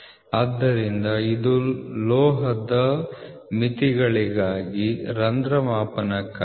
ಆದ್ದರಿಂದ ಇದು ಲೋಹದ ಮಿತಿಗಳಿಗಾಗಿ ರಂಧ್ರ ಮಾಪನಕ್ಕಾಗಿ